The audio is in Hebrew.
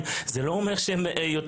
זה נראה שהם כמעט בתוך ירושלים,